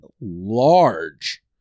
large